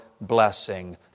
blessing